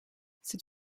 c’est